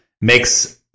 makes